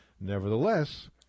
Nevertheless